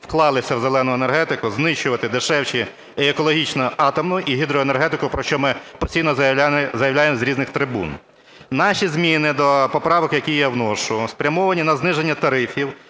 вклалися в "зелену" енергетику, знищувати дешевші і екологічні атомну і гідроенергетику, про що ми постійно заявляємо з різних трибун. Наші зміни до поправок, які я вношу, спрямовані на зниження тарифів